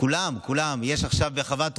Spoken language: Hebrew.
מה קורה עם